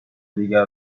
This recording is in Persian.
دیگر